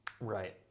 right